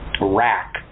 rack